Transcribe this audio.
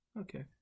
Okay